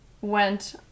went